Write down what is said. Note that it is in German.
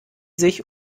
sich